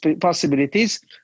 possibilities